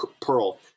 Pearl